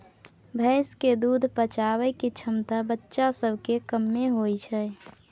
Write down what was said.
भैंस के दूध पचाबइ के क्षमता बच्चा सब में कम्मे होइ छइ